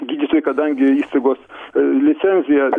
gydytojai kadangi įstaigos licenzija